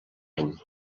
any